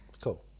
cool